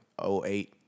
08